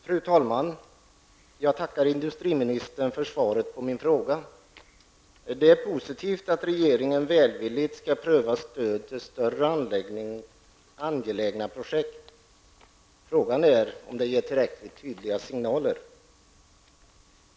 Fru talman! Jag tackar industriministern för svaret på min fråga. Det är positivt att regeringen välvilligt skall pröva stöd till angelägna projekt. Frågan är om det ger tillräckligt tydliga signaler.